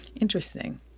Interesting